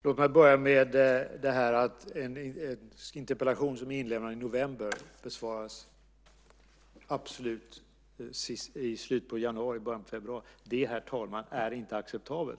Herr talman! Låt mig börja med det att en interpellation som är inlämnad i november besvaras i början av februari. Det är inte acceptabelt, herr talman.